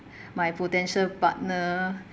my potential partner